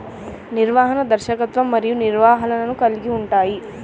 నిర్వహణ, దర్శకత్వం మరియు నిర్వహణను కలిగి ఉంటాయి